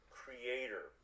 creator